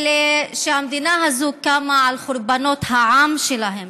אלה שהמדינה הזאת קמה על חורבות העם שלהם,